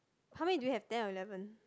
how many do you have ten or eleven